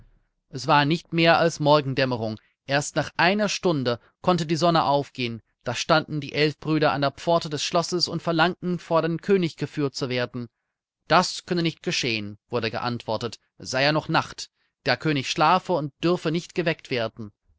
es war nicht mehr als morgendämmerung erst nach einer stunde konnte die sonne aufgehen da standen die elf brüder an der pforte des schlosses und verlangten vor den könig geführt zu werden das könne nicht geschehen wurde geantwortet es sei ja noch nacht der könig schlafe und dürfe nicht geweckt werden